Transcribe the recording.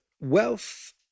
wealth